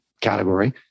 category